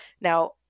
Now